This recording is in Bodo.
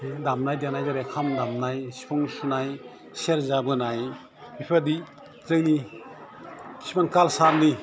बे दामनाय देनाय जेरै खाम दामनाय सिफुं सुनाय सेरजा बोनाय बेफोरबायदि जोंनि बिफां कालसारनि